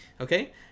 okay